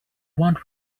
want